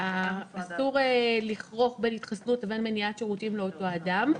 אסור לכרוך בין התחסנות ובין מניעת שירותים לאותו אדם,